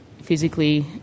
physically